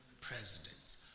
presidents